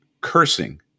cursing